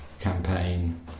campaign